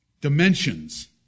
dimensions